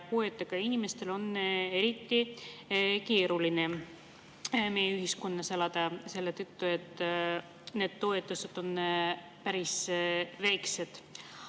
puuetega inimestel on eriti keeruline meie ühiskonnas elada selle tõttu, et need toetused on päris väiksed.